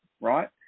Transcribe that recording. right